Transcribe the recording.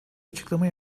açıklama